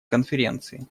конференции